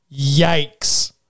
Yikes